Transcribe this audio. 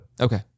Okay